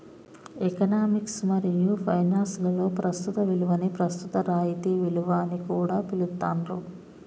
economics మరియు finance లలో ప్రస్తుత విలువని ప్రస్తుత రాయితీ విలువ అని కూడా పిలుత్తాండ్రు